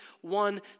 one